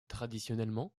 traditionnellement